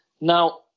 Now